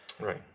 Right